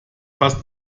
fast